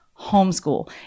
homeschool